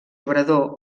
obrador